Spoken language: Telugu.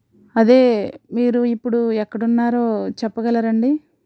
అదే మీరు ఇప్పుడు ఎక్కడ ఉన్నారో చెప్పగలరా అండి